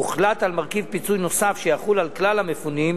הוחלט על מרכיב פיצוי נוסף שיחול על כלל המפונים,